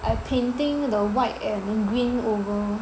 I painting the white and green over